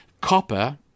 copper